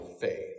faith